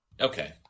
okay